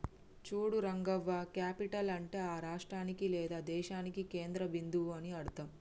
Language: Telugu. చూడు రంగవ్వ క్యాపిటల్ అంటే ఆ రాష్ట్రానికి లేదా దేశానికి కేంద్ర బిందువు అని అర్థం